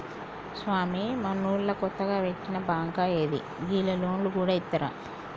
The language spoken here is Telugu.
స్వామీ, మనూళ్ల కొత్తగ వెట్టిన బాంకా ఏంది, గీళ్లు లోన్లు గూడ ఇత్తరా